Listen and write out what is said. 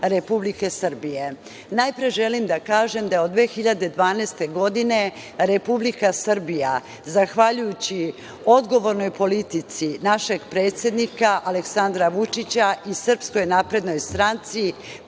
Republike Srbije. Najpre želim da kažem da je od 2012. godine Republika Srbija, zahvaljujći odgovornoj politici našeg predsednika Aleksandra Vučića i SNS, postigla